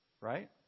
Right